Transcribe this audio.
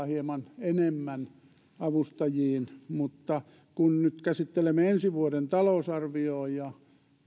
hieman normaaliaikaa enemmän tarvetta avustajiin mutta kun nyt käsittelemme ensi vuoden talousarviota ja